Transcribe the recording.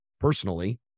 personally